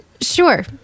Sure